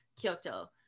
Kyoto